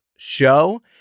show